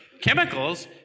chemicals